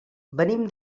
venim